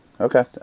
Okay